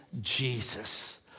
Jesus